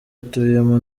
atuyemo